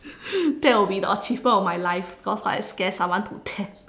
that will be the achievement of my life cause I scare someone to death